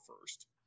first